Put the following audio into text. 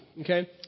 Okay